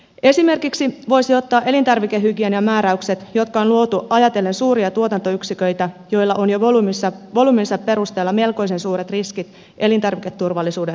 esimerkiksi voisi ottaa elintarvikehygieniamääräykset jotka on luotu ajatellen suuria tuotantoyksiköitä joilla on jo volyyminsa perusteella melkoisen suuret riskit elintarviketurvallisuuden suhteen